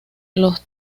los